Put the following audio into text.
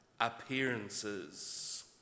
appearances